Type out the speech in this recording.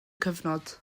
cyfnod